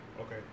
Okay